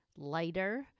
lighter